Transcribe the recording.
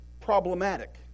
Problematic